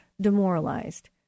demoralized